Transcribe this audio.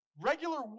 regular